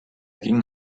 ging